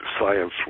science